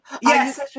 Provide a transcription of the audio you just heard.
Yes